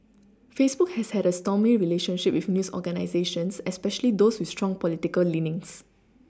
Facebook has had a stormy relationship with news organisations especially those with strong political leanings